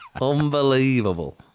Unbelievable